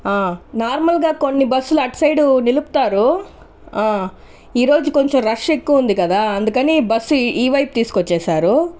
normal గా కొన్ని బస్సులు అటు సైడ్ నిలుపుతారు ఈరోజు కొంచెం రష్ ఎక్కువ ఉంది కదా అందుకని బస్ ఈ ఈ వైపు తీసుకువచ్చేశారు